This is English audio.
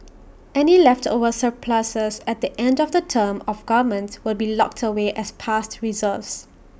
any leftover surpluses at the end of the term of governments will be locked away as past reserves